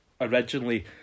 originally